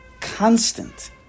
Constant